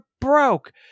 broke